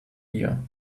here